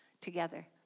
together